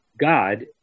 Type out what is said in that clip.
God